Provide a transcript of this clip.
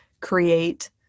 create